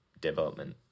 development